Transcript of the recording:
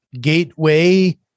gateway